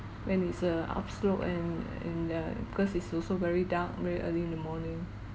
when it's a upslope and in uh because it's also very dark very early in the morning